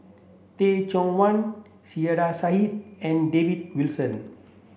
Teh Cheang Wan Saiedah Said and David Wilson